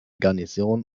garnison